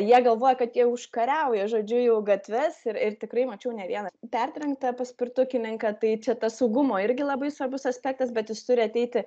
jie galvoja kad jie užkariauja žodžiu jau gatves ir ir tikrai mačiau ne vieną pertrenktą paspirtukininką tai čia tas saugumo irgi labai svarbus aspektas bet jis turi ateiti